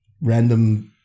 random